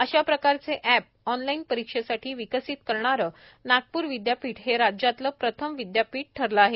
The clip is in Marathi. अशा प्रकारचे एप ऑनलाईन परिक्षेसाठी विकसित करणारे नागपूर विदयापीठ हे राज्यातले प्रथम विदयापीठ ठरले आहे